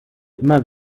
immer